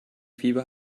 fieber